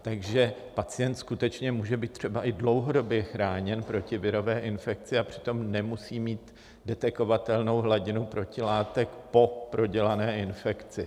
Takže pacient skutečně může být třeba i dlouhodobě chráněn proti virové infekci, a přitom nemusí mít detekovatelnou hladinu protilátek po prodělané infekci.